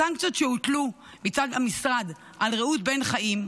הסנקציות שהוטלו מצד המשרד על רעות בן חיים,